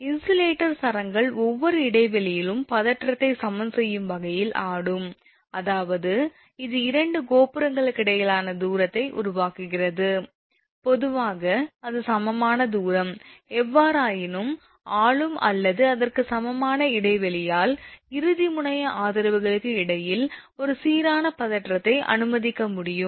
insulator சரங்கள் ஒவ்வொரு இடைவெளியிலும் பதற்றத்தை சமன் செய்யும் வகையில் ஆடும் அதாவது அது இரண்டு கோபுரங்களுக்கிடையேயான தூரத்தை உருவாக்குகிறது பொதுவாக அது சமமான தூரம் எவ்வாறாயினும் ஆளும் அல்லது அதற்கு சமமான இடைவெளியால் இறுதி முனைய ஆதரவுகளுக்கு இடையில் ஒரு சீரான பதற்றத்தை அனுமானிக்க முடியும்